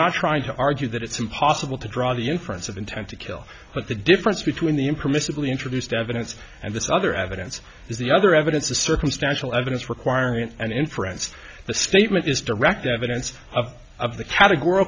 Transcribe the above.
not trying to argue that it's impossible to draw the inference of intent to kill but the difference between the impermissibly introduced evidence and this other evidence is the other evidence is circumstantial evidence requirement and inferences the statement is direct evidence of of the categor